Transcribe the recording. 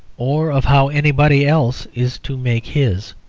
or of how anybody else is to make his.